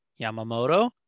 Yamamoto